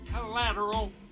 collateral